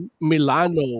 Milano